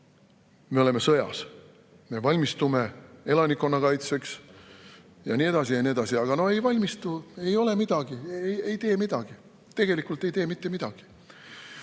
me oleme sõjas, me valmistume elanikkonna kaitseks ja nii edasi ja nii edasi. Aga no ei valmistu. Ei ole midagi, ei tee midagi. Tegelikult ei tee mitte midagi. Ja